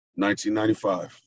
1995